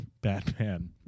Batman